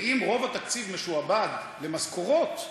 ואם רוב התקציב משועבד למשכורות,